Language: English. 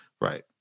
Right